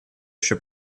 еще